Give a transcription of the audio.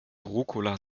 rucola